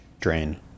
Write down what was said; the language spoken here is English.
drain